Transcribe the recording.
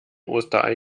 osterei